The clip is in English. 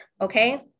Okay